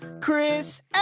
Chris